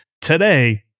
today